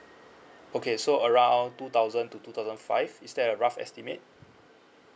okay so around two thousand to two thousand five is that a rough estimate